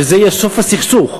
וזה יהיה סוף הסכסוך,